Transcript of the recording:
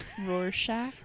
Rorschach